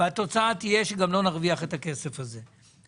התוצאה פה תהיה שאנחנו גם לא נרוויח את הכסף הזה,